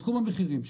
בתחום המחירים.